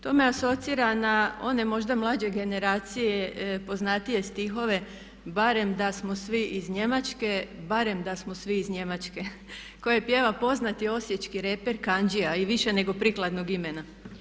To me asocira na one možda mlađe generacije poznatije stihove barem da smo svi iz Njemačke, barem da smo svi iz Njemačke koje pjeva poznati osječki reper Kandžija i više nego prikladnog imena.